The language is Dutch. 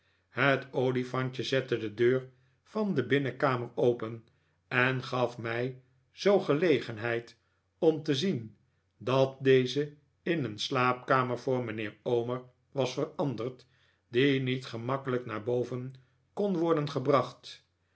het olifantje zette de deur van de binnenkamer open en gaf mij zoo gelegenheid om te zien dat deze in een slaapkamer voor mijnheer omer was veranderd die niet gemakkelijk naar boven kon worden gebracht